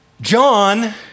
John